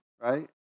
right